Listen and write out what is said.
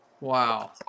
Wow